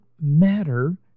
matter